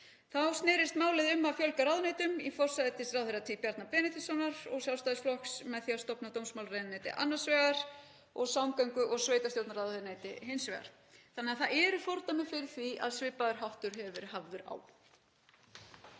Þá snerist málið um að fjölga ráðuneytum, í forsætisráðherratíð Bjarna Benediktssonar og Sjálfstæðisflokks, með því að stofna dómsmálaráðuneyti annars vegar og samgöngu- og sveitarstjórnarráðuneyti hins vegar. Þannig að það eru fordæmi fyrir því að svipaður háttur hafi verið hafður á.